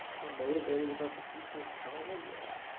motivated about the future of comma? yeah